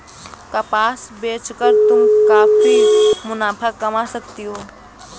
कपास बेच कर तुम काफी मुनाफा कमा सकती हो